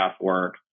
work